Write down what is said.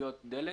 למכליות דלק,